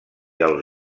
els